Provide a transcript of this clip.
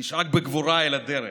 תשאג בגבורה אל הדרך,